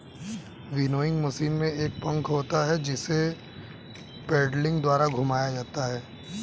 winnowing machine में एक पंखा होता है जिसे पेडलिंग द्वारा घुमाया जाता है